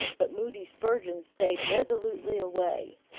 but moody spurgeon stayed resolutely away.